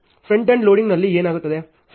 front end ಲೋಡಿಂಗ್ನಲ್ಲಿ ಏನಾಗುತ್ತದೆ